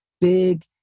big